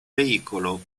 veicolo